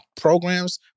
programs